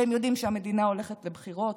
והם יודעים שהמדינה הולכת לבחירות,